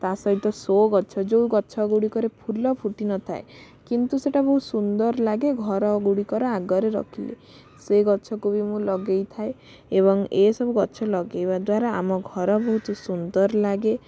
ତା ସହିତ ସୋ ଗଛ ଯେଉଁ ଗଛ ଗୁଡ଼ିକରେ ଫୁଲ ଫୁଟି ନଥାଏ କିନ୍ତୁ ସେଇଟା ବହୁତ ସୁନ୍ଦର ଲାଗେ ଘର ଗୁଡ଼ିକର ଆଗରେ ରଖିଲେ ସେଇ ଗଛ କୁ ବି ମୁଁ ଲଗାଇ ଥାଏ ଏବଂ ଏ ସବୁ ଗଛ ଲଗାଇବା ଦ୍ଵାରା ଆମ ଘର ବହୁତ ସୁନ୍ଦର ଲାଗେ